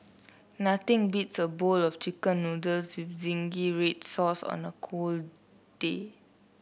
nothing beats a bowl of chicken noodles with zingy red sauce on a cold day